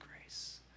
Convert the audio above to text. grace